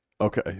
Okay